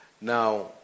Now